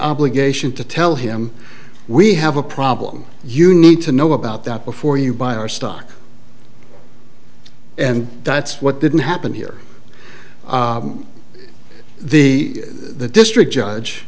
obligation to tell him we have a problem you need to know about that before you buy our stock and that's what didn't happen here the the district judge